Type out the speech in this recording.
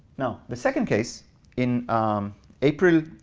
now the second case in april,